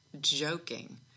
joking